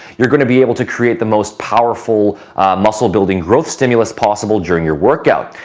you're going to be able to create the most powerful muscle building growth stimulus possible during your workout.